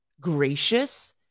gracious